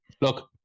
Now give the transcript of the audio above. look